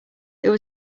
there